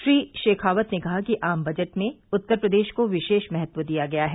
श्री शेखाक्त ने कहा कि आम बजट में उत्तर प्रदेश को विशेष महत्व दिया गया है